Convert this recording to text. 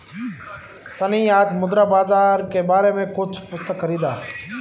सन्नी आज मुद्रा बाजार के बारे में कुछ पुस्तक खरीदा